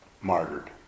martyred